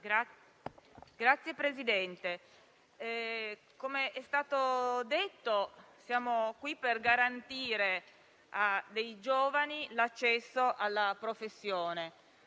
Signor Presidente, com'è stato detto, siamo qui per garantire a dei giovani l'accesso alla professione.